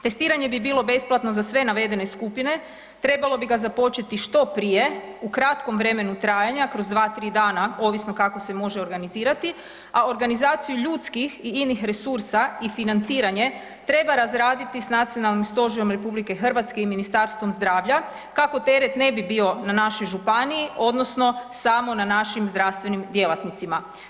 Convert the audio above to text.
Testiranje bi bilo besplatno za sve navedene skupine, trebalo bi ga započeti što prije u kratkom vremenu trajanja kroz 2-3 ovisno kako se može organizirati, a organizaciju ljudskih i inih resursa i financiranje treba razraditi s Nacionalnim stožerom RH i Ministarstvom zdravlja kako teret ne bi bio na našoj županiji odnosno samo na našim zdravstvenim djelatnicima.